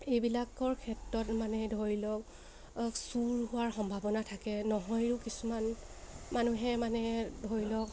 এইবিলাকৰ ক্ষেত্ৰত মানে ধৰি লওক চোৰ হোৱাৰ সম্ভাৱনা থাকে নহয়ো কিছুমান মানুহে মানে ধৰি লওক